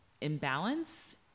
imbalance